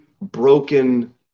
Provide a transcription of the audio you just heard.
broken